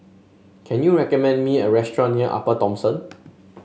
can you recommend me a restaurant near Upper Thomson